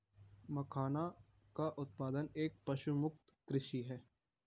मखाना का उत्पादन एक पशुमुक्त कृषि है